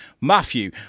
matthew